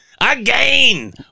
Again